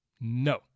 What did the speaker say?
no